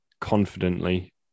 confidently